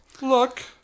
Look